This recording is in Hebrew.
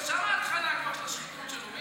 שם ההתחלה של השחיתות שלו,